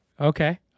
Okay